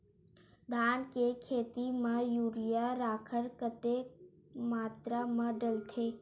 धान के खेती म यूरिया राखर कतेक मात्रा म डलथे?